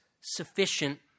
sufficient